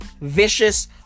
Vicious